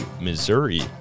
Missouri